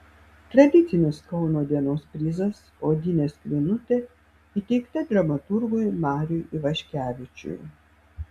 tradicinis kauno dienos prizas odinė skrynutė įteikta dramaturgui mariui ivaškevičiui